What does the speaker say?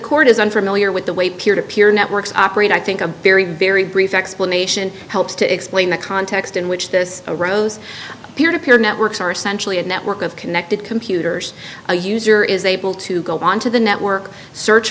court is unfamiliar with the way peer to peer networks operate i think a very very brief explanation helps to explain the context in which this arose peer to peer networks are essentially a network of connected computers a user is able to go onto the network search